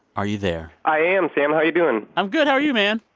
are you there? i am, sam. how are you doing? i'm good, how are you, man?